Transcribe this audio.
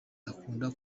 agakunda